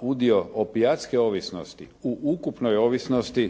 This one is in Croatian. udio opijatske ovisnosti u ukupnoj ovisnosti,